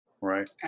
Right